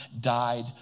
died